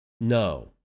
no